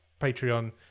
Patreon